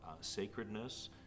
sacredness